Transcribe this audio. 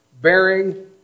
bearing